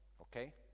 okay